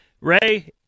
Ray